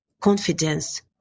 confidence